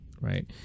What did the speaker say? right